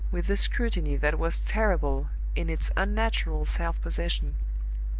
with a scrutiny that was terrible in its unnatural self-possession,